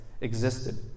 existed